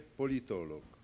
politolog